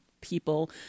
people